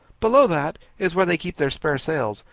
below that is where they keep their spare sails,